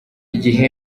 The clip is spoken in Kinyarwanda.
gihe